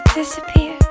disappear